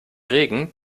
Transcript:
regen